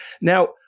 Now